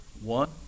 One